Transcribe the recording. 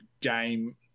game